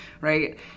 Right